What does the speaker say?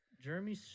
Jeremy